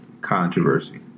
controversy